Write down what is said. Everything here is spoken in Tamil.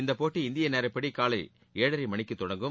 இந்தப்போட்டி இந்திய நேரப்படி காலை ஏழரை மணிக்கு தொடங்கும்